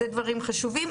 זה דברים חשובים.